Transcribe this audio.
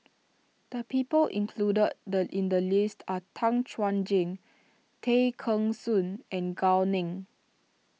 the people included the in the list are Tan Chuan Jin Tay Kheng Soon and Gao Ning